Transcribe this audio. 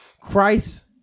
Christ